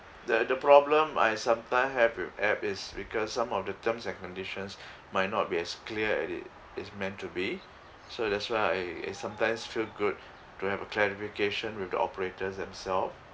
there the problem I sometimes have with app is because some of the terms and conditions might not be as clear as it is meant to be so that's why I I sometimes feel good to have a clarification with the operators themselves